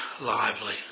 lively